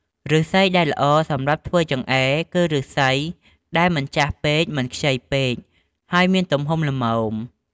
ឫស្សីដែលល្អសម្រាប់ធ្វើចង្អេរ គឺឫស្សីដែលមិនចាស់ពេក មិនខ្ចីពេក ហើយមានទំហំល្មម។